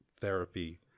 therapy